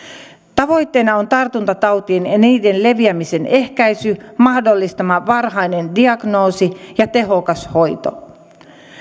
tavoitteena on tartuntatautien ja niiden leviämisen ehkäisy mahdollisimman varhainen diagnoosi ja tehokas hoito